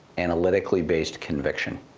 analytically based conviction.